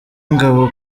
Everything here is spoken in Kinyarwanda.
ingabo